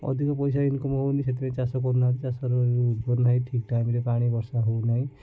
ଅଧିକ ପଇସା ଇନକମ୍ ହେଉନି ସେଥିପାଇଁ ଚାଷ କରୁନାହାଁନ୍ତି ଚାଷର ଉର୍ବର ନାହିଁ ଠିକ୍ ଟାଇମ୍ରେ ପାଣି ବର୍ଷା ହେଉନାହିଁ